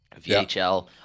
VHL